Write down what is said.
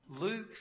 Luke